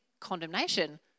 condemnation